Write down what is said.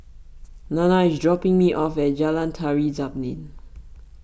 Nana is dropping me off at Jalan Tari Zapin